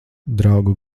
draugu